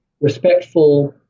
respectful